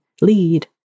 lead